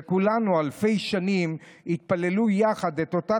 וכולנו אלפי שנים התפללנו יחד את אותה